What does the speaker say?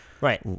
Right